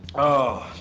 oh,